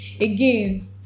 again